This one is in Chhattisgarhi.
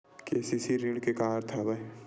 के.सी.सी ऋण के का अर्थ हवय?